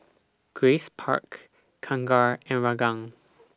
Grace Park Kangkar and Ranggung